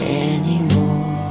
anymore